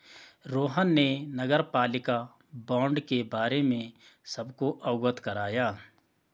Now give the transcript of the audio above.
रोहन ने नगरपालिका बॉण्ड के बारे में सबको अवगत कराया